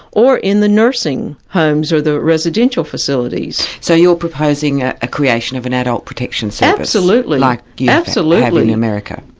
or in the nursing homes or the residential facilities. so you're proposing a ah creation of an adult protection so absolutely. like you have in america.